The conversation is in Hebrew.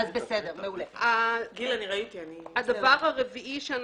אבל זה אולי הדיון האחרון שאני